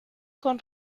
con